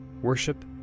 Worship